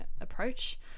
approach